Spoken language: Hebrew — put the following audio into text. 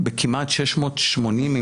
בכמעט 680 חשבונות,